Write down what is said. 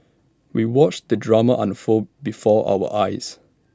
we watched the drama unfold before our eyes